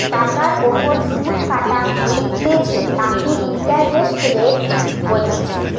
টাকার ওপর সুধ কাটা হইতেছে তাকে ইন্টারেস্ট রেট বলতিছে